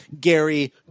Gary